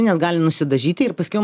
nes gali nusidažyti ir paskiau